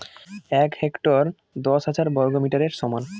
এক হেক্টর দশ হাজার বর্গমিটারের সমান